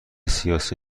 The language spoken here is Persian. سیاسی